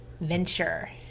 venture